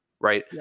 Right